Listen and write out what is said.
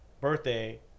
birthday